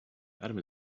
adam